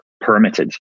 permitted